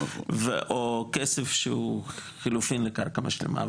או כסף שהוא חילופין לקרקע משלימה.